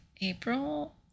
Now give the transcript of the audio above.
April